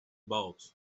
bought